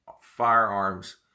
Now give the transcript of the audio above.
firearms